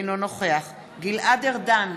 אינו נוכח גלעד ארדן,